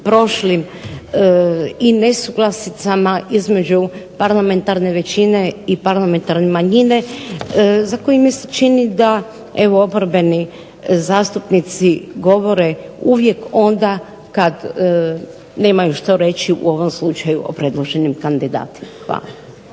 prošlim i nesuglasicama između parlamentarne većine i parlamentarne manjine za koji mi se čini da evo oporbeni zastupnici govore uvijek onda kad nemaju što reći, u ovom slučaju o predloženim kandidatima. Hvala.